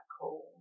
call